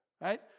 right